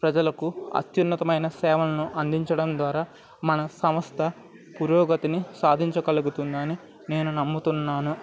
ప్రజలకు అత్యున్నతమైన సేవలను అందించడం ద్వారా మన సంస్థ పురోగతిని సాధించగలుగుతుంది అని నేను నమ్ముతున్నాను